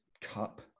cup